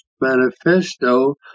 manifesto